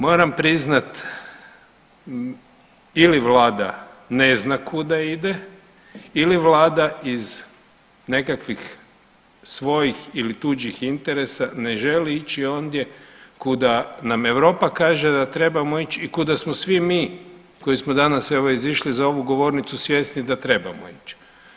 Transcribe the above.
Moram priznat, ili Vlada ne zna kuda ide ili Vlada iz nekakvih svojih ili tuđih interesa ne želi ići ondje kuda nam Europa kaže da trebamo ići i kuda smo svi mi koji smo danas evo izišli za govornicu svjesni da trebamo ići.